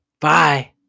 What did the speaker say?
Bye